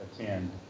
attend